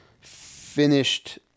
finished